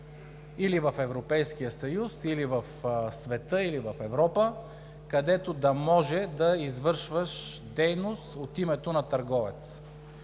в Европейския съюз, или в света, или в Европа, където да може да извършваш дейност от името на търговец?